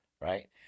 right